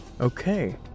Okay